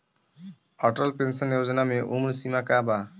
Atal pension योजना मे उम्र सीमा का बा?